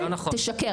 אל תשקר.